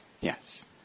Yes